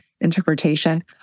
interpretation